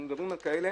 אנחנו מדברים על כאלה